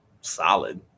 solid